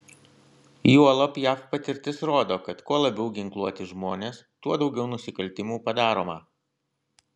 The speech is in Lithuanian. juolab jav patirtis rodo kad kuo labiau ginkluoti žmonės tuo daugiau nusikaltimų padaroma